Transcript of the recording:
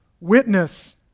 witness